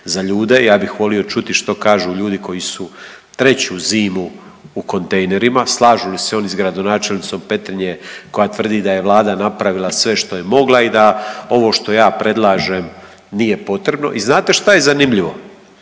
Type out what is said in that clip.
Ja bih volio čuti što kažu ljudi koji su treću zimu u kontejnerima, slažu li se oni sa gradonačelnicom Petrinje koja tvrdi da je Vlada napravila sve što je mogla i da ovo što ja predlažem nije potrebno. I znate šta je zanimljivo?